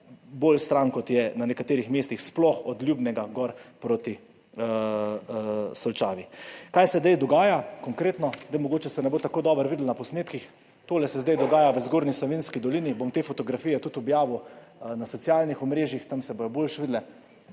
bolj stran, kot je na nekaterih mestih, sploh od Ljubnega proti Solčavi. Kaj se zdaj dogaja? Konkretno, mogoče se ne bo tako dobro videlo na posnetkih, tole / pokaže zboru/ se zdaj dogaja v Zgornji Savinjski dolini. Te fotografije bom tudi objavil na socialnih omrežjih, tam se bodo boljše videle.